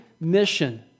mission